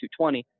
220